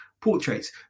portraits